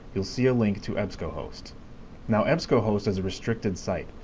you'll see a link to ebsco host now ebsco host is a restricted site,